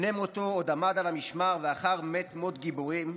לפני מותו עוד עמד על המשמר, ואחר מת מות גיבורים.